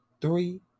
three